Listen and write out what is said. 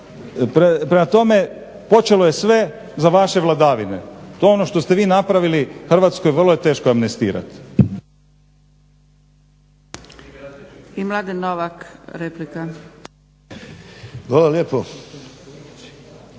Prema tome, počelo je sve za vaše vladavine. To je ono što ste vi napravili Hrvatskoj, vrlo je teško amnestirati.